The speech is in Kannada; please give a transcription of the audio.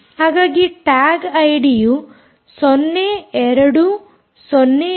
ಹಾಗಾಗಿ ಟ್ಯಾಗ್ ಐಡಿ ಯು 0 2 0 ಬಿ